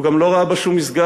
הוא גם לא ראה בה שום מסגד,